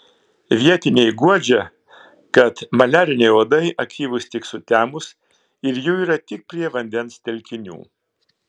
vietiniai guodžia kad maliariniai uodai aktyvūs tik sutemus ir jų yra tik prie vandens telkinių